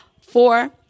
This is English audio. Four